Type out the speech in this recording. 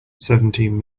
seventeen